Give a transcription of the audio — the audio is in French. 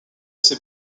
ses